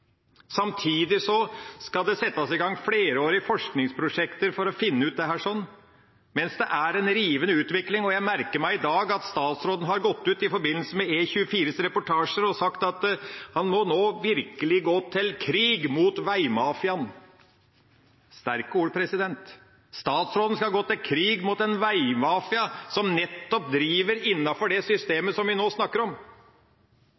Samtidig skal det settes i gang flerårige forskningsprosjekter for å finne ut av dette, mens det er en rivende utvikling. Jeg merker meg at statsråden i dag har gått ut i forbindelse med E24s reportasjer og sagt at man nå virkelig må gå til krig mot veimafiaen. Sterke ord. Statsråden skal gå til krig mot en veimafia, som nettopp driver innenfor det systemet vi nå snakker om.